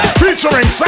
featuring